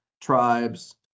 tribes